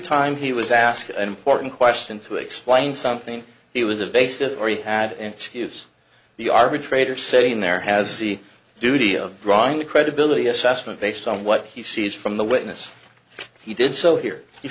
time he was asked an important question to explain something he was a basis or he had an excuse the arbitrator sitting there has easy duty of drawing the credibility assessment based on what he sees from the witness he did so here